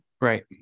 right